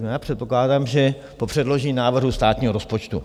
Já předpokládám, že po předložení návrhu státního rozpočtu.